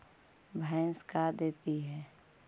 भैंस का देती है?